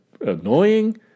annoying